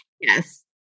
Yes